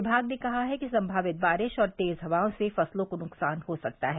विभाग ने कहा है कि संमावित बारिश और तेज हवाओं से फसलों को नुकसान हो सकता है